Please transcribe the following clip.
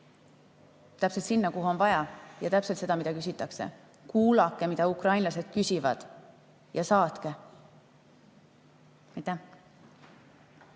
täpselt sinna, kuhu on vaja, ja täpselt seda, mida küsitakse. Kuulake, mida ukrainlased küsivad. Ja saatke. Tarmo